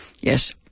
yes